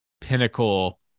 pinnacle